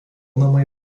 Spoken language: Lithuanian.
namai